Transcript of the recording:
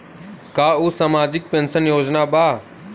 का उ सामाजिक पेंशन योजना बा?